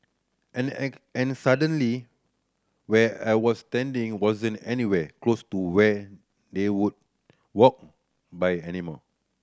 and and suddenly where I was standing wasn't anywhere close to where they would walk by anymore